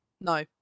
No